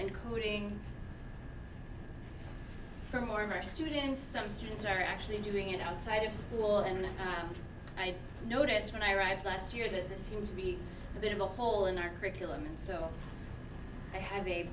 including for more of my students some students are actually doing it outside of school and i noticed when i arrived last year that this seems to be a bit of a hole in our curriculum and so i have a